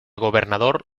gobernador